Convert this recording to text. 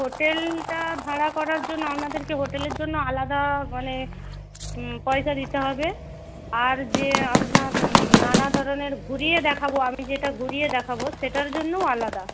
হোটেলটা ভাড়া করার জন্য আপনাদেরকে হোটেলের জন্য আলাদা মানে পয়সা দিতে হবে আর যে আপনার নানা ধরনের ঘুরিয়ে দেখাব আমি যেটা ঘুরিয়ে দেখাব সেটার জন্যও আলাদা